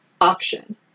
option